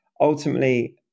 ultimately